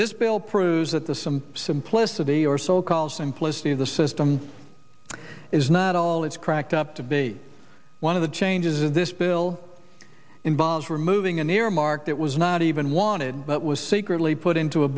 this bill proves that the some simplicity or so called simplicity of the system is not all it's cracked up to be one of the changes in this bill involves removing an earmark that was not even wanted but was secretly put into a